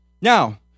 Now